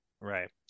Right